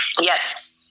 Yes